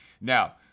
Now